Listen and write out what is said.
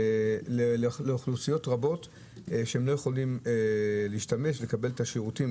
לאוכלוסיות רבות שלא יכולות לקבל שירותים,